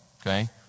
okay